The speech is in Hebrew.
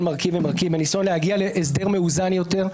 מרכיב ומרכיב בניסיון להגיע להסדר מאוזן יותר,